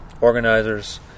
organizers